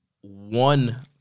one